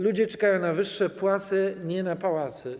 Ludzie czekają na wyższe płace, nie na pałace.